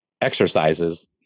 exercises